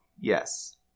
Yes